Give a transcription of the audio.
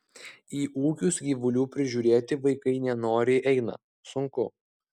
į ūkius gyvulių prižiūrėti vaikai nenoriai eina sunku